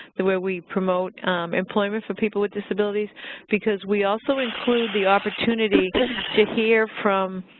the way we promote employment for people with disabilities because we also include the opportunity to hear from